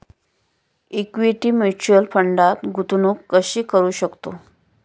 Equity mutual फंडात गुंतवणूक कशी करू शकतो?